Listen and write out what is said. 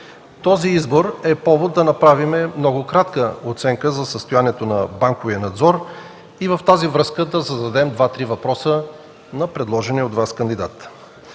Този избор е повод да направим многократна оценка за състоянието на банковия надзор и в тази връзка да зададем два-три въпроса на предложения от Вас кандидат.